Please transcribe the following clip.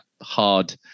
hard